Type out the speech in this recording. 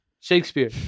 Shakespeare